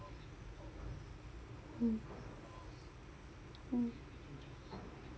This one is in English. mm mm